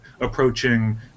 approaching